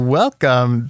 welcome